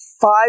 five